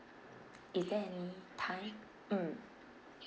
is there any time mm